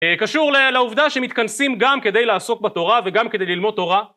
קשור לעובדה שמתכנסים גם כדי לעסוק בתורה וגם כדי ללמוד תורה